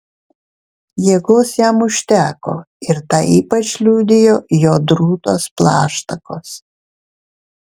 jėgos jam užteko ir tą ypač liudijo jo drūtos plaštakos